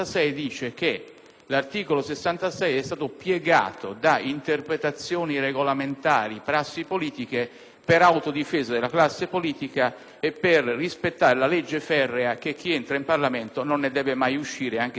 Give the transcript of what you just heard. articolo dice che è stato piegato da interpretazioni regolamentari e prassi politiche per autodifesa della classe politica e per rispettare la legge ferrea che chi entra in Parlamento non ne deve mai uscire, anche se non ne ha i titoli.